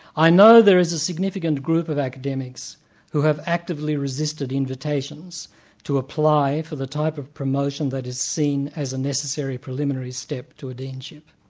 i know there is a significant group of academics who have actively resisted invitations to apply for the type of promotion that is seen as a necessary preliminary step to a deanship.